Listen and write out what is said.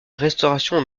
restauration